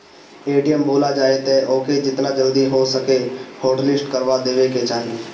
ATM भूला जाए तअ ओके जेतना जल्दी हो सके हॉटलिस्ट करवा देवे के चाही